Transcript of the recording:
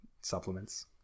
supplements